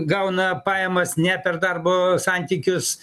gauna pajamas ne per darbo santykius